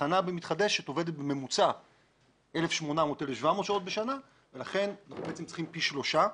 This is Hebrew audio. תחנה במתחדשת עובדת בממוצע 1,800-1,700 שעות בשנה ולכן צריך פי שלושה.